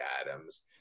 Adams